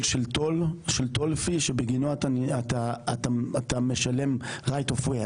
של טולפי שבגינו אתה משלם right of way.